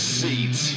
seat